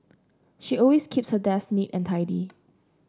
she always keeps her desk neat and tidy